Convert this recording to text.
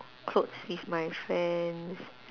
clothes with my friends